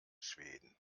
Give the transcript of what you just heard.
schweden